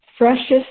Freshest